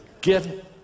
Get